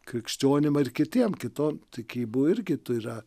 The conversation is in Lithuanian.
krikščionim ar kitiem kitom tikybų irgi tų yra